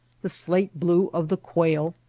the slate-blue of the quail,